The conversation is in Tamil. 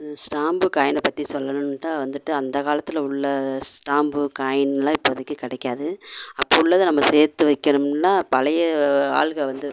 ஸ்டாம்பு காயின்னப்பற்றி சொல்லணுன்டா வந்துட்டு அந்த காலத்தில் உள்ள ஸ்டாம்பு காயின்லாம் இப்போதைக்கு கிடைக்காது அப்போ உள்ளதை நம்ம சேர்த்து வைக்கணும்னா பழைய ஆள்ங்க வந்து